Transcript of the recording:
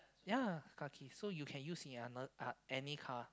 yea car key so you can use in another uh any car